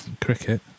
cricket